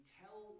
tell